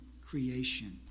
creation